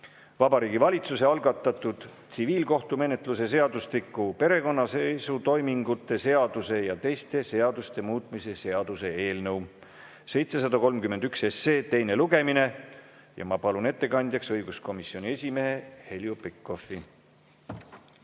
Vabariigi Valitsuse algatatud tsiviilkohtumenetluse seadustiku, perekonnaseisutoimingute seaduse ja teiste seaduste muutmise seaduse eelnõu 731 teine lugemine. Ma palun ettekandjaks õiguskomisjoni esimehe Heljo Pikhofi.